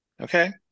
Okay